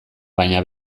baina